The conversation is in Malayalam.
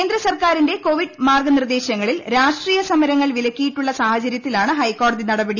കേന്ദ്രസർക്കാരിന്റെ കോവിഡ് മാർഗനിർദേശങ്ങളിൽ രാഷ്ട്രീയ സമരങ്ങൾ വിലക്കിയിട്ടുള്ള സാഹചരൃത്തിലാണ് ഹൈക്കോടതി നടപടി